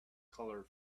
colour